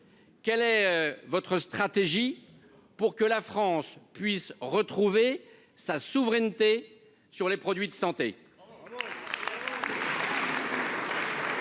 Quelle est votre stratégie pour que la France puisse retrouver sa souveraineté sur les produits de santé.